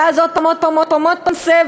ואז עוד פעם, עוד פעם, עוד פעם סבב,